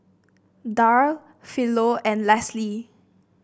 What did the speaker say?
Darl Philo and Leslie